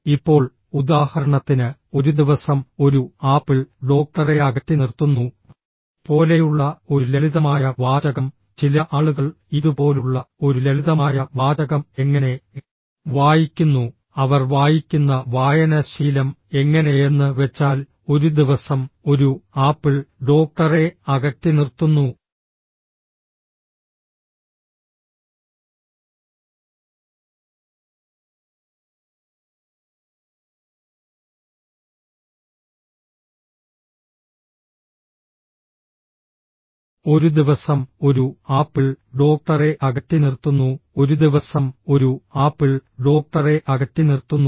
ഇപ്പോൾ ഉദാഹരണത്തിന് ഒരു ദിവസം ഒരു ആപ്പിൾ ഡോക്ടറെ അകറ്റിനിർത്തുന്നു പോലെയുള്ള ഒരു ലളിതമായ വാചകം ചില ആളുകൾ ഇതുപോലുള്ള ഒരു ലളിതമായ വാചകം എങ്ങനെ വായിക്കുന്നു അവർ വായിക്കുന്ന വായന ശീലം എങ്ങനെയെന്ന് വെച്ചാൽ ഒരു ദിവസം ഒരു ആപ്പിൾ ഡോക്ടറെ അകറ്റിനിർത്തുന്നു ഒരു ദിവസം ഒരു ആപ്പിൾ ഡോക്ടറെ അകറ്റിനിർത്തുന്നു ഒരു ദിവസം ഒരു ആപ്പിൾ ഡോക്ടറെ അകറ്റിനിർത്തുന്നു